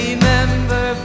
Remember